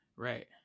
Right